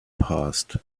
passed